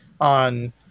on